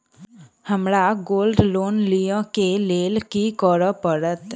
हमरा gold loan लिय केँ लेल की करऽ पड़त?